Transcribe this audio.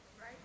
Right